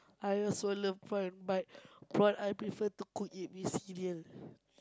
I also love prawn but prawn I prefer to cook it with cereal